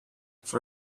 for